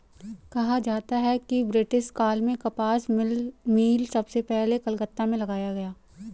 कहा जाता है कि ब्रिटिश काल में कपास मिल सबसे पहले कलकत्ता में लगाया गया